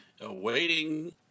Awaiting